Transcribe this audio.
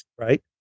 right